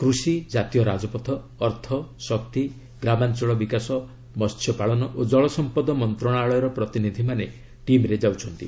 କୃଷି କାତୀୟ ରାଜପଥ ଅର୍ଥ ଶକ୍ତି ଗ୍ରାମାଞ୍ଚଳ ବିକାଶ ମହ୍ୟପାଳନ ଓ ଜଳସମ୍ପଦ ମନ୍ତ୍ରଣାଳୟର ପ୍ରତିନିଧିମାନେ ଟିମ୍ରେ ଯାଉଛନ୍ତି